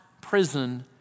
prison